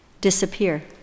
disappear